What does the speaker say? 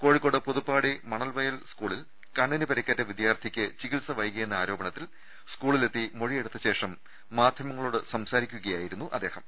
കോഴിക്കോട് പുതുപ്പാടി മണൽവയൽ സ്കൂളിൽ കണ്ണിന് പരിക്കേറ്റ വിദ്യാർഥിക്ക് ചികിത്സവൈകിയെന്ന് ആരോപണത്തിൽ സ് കൂളിലെത്തി മൊഴിയെടുത്ത ശേഷം മാധ്യമങ്ങളോട് സംസാരിക്കുകയായിരുന്നു അദ്ദേഹം